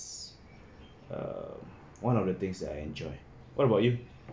err one of the things that I enjoy what about you